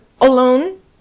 alone